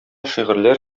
шигырьләр